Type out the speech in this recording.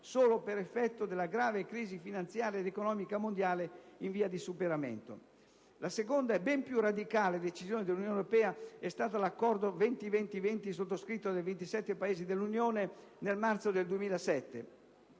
solo per effetto della grave crisi finanziaria ed economica mondiale in via di superamento. La seconda e ben più radicale decisione dell'Unione europea è stata l'Accordo 20-20-20 sottoscritto dai ventisette Paesi dell'Unione nel marzo del 2007.